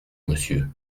monsieur